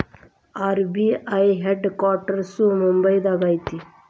RBI headquarters ಮುಂಬೈದಾಗ ಐತಿ